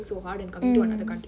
mm